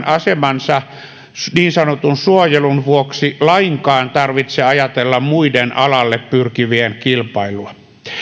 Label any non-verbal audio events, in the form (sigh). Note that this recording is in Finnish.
(unintelligible) asemansa niin sanotun suojelun vuoksi lainkaan tarvitse ajatella muiden alalle pyrkivien kilpailua